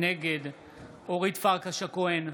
נגד אורית פרקש הכהן,